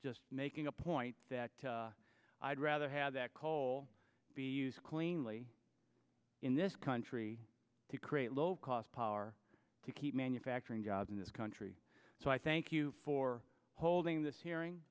just making a point that i'd rather have that coal be used cleanly in this country to create low cost power to keep manufacturing jobs in this country so i thank you for holding this